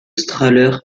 strahler